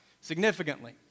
significantly